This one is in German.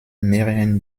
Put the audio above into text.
mehreren